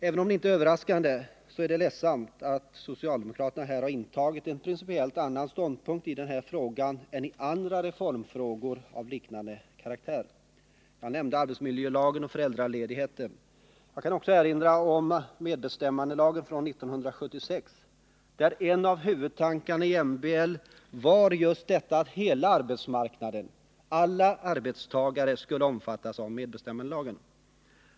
Även om det inte är överraskande så är det ledsamt att socialdemokraterna har intagit en principiellt annan ståndpunkt i den här frågan än i andra reformfrågor av liknande karaktär. Jag nämnde arbetsmiljölagen och föräldraledigheten, och jag kan också erinra om medbestämmandelagen från 1976. En av huvudtankarna i MBL var just detta att hela arbetsmarknaden — alla arbetstagare — skulle omfattas av medbestämmandelagen.